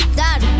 dad